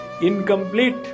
incomplete